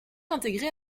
intégré